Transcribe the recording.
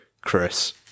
Chris